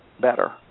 better